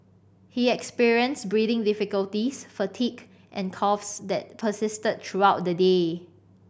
he experienced breathing difficulties fatigue and coughs that persisted throughout the day